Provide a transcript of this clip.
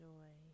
Joy